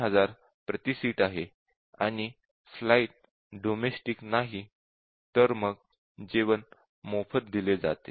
3000 प्रति सीट आहे आणि फ्लाइट डोमेस्टिक नाही तर मग जेवण मोफत दिले जाते